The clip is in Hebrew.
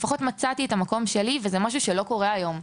מצאתי את המקום שלי וזה משהו שלא קורה היום.